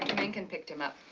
menken picked him up.